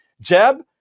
Jeb